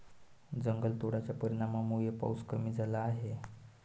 जंगलतोडाच्या परिणामामुळे पाऊस कमी झाला आहे